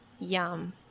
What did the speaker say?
Yum